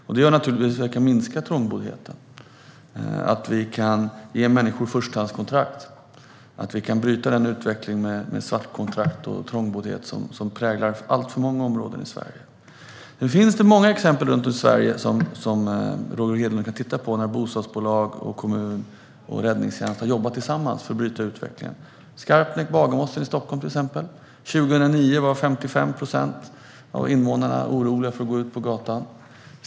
Detta gör naturligtvis att vi kan minska trångboddheten, ge människor förstahandskontrakt och bryta den utveckling med svartkontrakt och trångboddhet som präglar alltför många områden i Sverige. Det finns många exempel runt om i Sverige att titta på för Roger Hedlund när det gäller att bostadsbolag, kommuner och räddningstjänst har jobbat tillsammans för att bryta utvecklingen. Skarpnäck och Bagarmossen i Stockholm är ett exempel. År 2009 var 55 procent av invånarna oroliga för att gå ut på gatan.